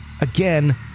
Again